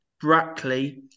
Brackley